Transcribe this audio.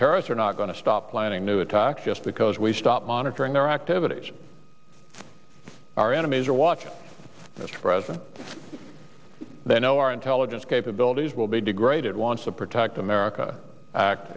terrorists are not going to stop planning new attacks just because we stop monitoring their activities our enemies are watching mr president they know our intelligence capabilities will be degraded wants to protect america act